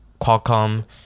Qualcomm